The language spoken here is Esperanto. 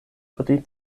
pri